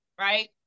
right